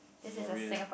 Loreal